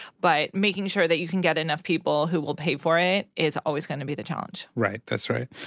but making sure that you can get enough people who will pay for it is always gonna be the challenge. right. that's right.